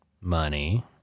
money